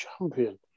champion